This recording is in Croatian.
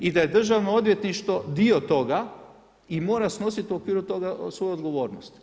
I da je državno odvjetništvo dio toga i mora snositi u okviru toga svoju odgovornost.